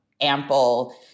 ample